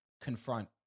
confront